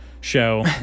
show